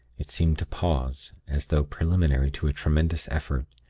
it seemed to pause, as though preliminary to a tremendous effort.